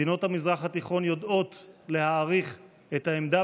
מדינות המזרח התיכון יודעות להעריך את העמדה